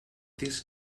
this